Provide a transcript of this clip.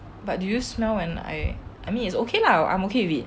but do you smell and I I mean it's okay lah I'm ok with it